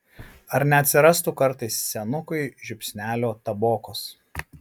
ar neatsirastų kartais senukui žiupsnelio tabokos